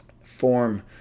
form